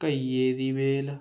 ਘਈਏ ਦੀ ਵੇਲ